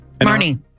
Marnie